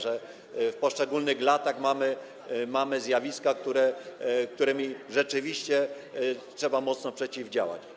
że w poszczególnych latach mamy zjawiska, którym rzeczywiście trzeba mocno przeciwdziałać.